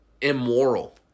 immoral